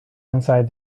inside